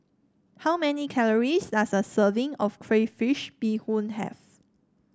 how many calories does a serving of Crayfish Beehoon have